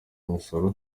imisoro